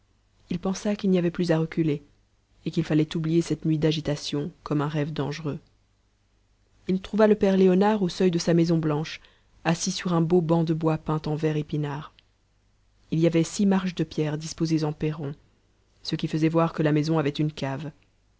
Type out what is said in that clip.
il pensa qu'il n'y avait plus à reculer et qu'il fallait oublier cette nuit d'agitations comme un rêve dangereux il trouva le père léonard au seuil de sa maison blanche assis sur un beau banc de bois peint en vert épinard il y avait six marches de pierre disposées en perron ce qui faisait voir que la maison avait une cave